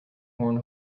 horn